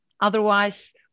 Otherwise